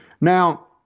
Now